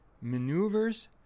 maneuvers